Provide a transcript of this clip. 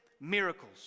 miracles